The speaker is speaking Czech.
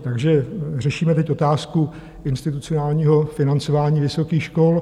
Takže řešíme teď otázku institucionálního financování vysokých škol.